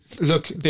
Look